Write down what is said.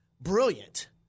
brilliant